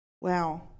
Wow